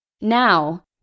Now